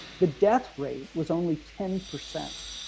the death rate was only ten percent